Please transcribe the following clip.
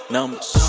Numbers